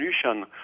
solution